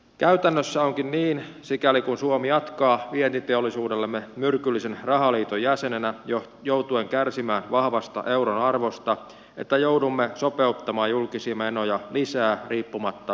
käytännössä onkin niin sikäli kuin suomi jatkaa vientiteollisuudellemme myrkyllisen rahaliiton jäsenenä joutuen kärsimään vahvasta euron arvosta että joudumme sopeuttamaan julkisia menoja lisää riippumatta hallituspohjasta